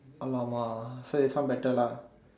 !alamak! so this one better lah